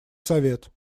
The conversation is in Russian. совет